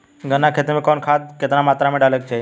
गन्ना के खेती में कवन खाद केतना मात्रा में डाले के चाही?